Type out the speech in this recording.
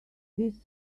this